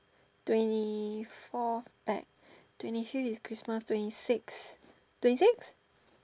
twenty four back twenty three is Christmas twenty six twenty six